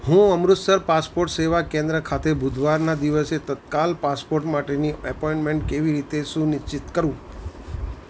હું અમૃતસર પાસપોર્ટ સેવા કેન્દ્ર ખાતે બુધવારના દિવસે તત્કાલ પાસપોર્ટ માટેની એપોઇન્ટમેન્ટ કેવી રીતે સુનિશ્ચિત કરું